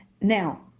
now